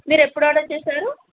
మీరు ఎప్పుడు ఆర్డర్ చేసారు